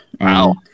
Wow